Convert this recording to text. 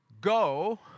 go